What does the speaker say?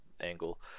angle